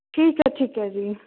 ਠੀਕ ਹੈ ਠੀਕ ਹੈ ਜੀ